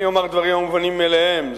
אני אומר דברים המובנים מאליהם.